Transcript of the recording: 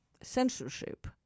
censorship